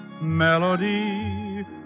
Melody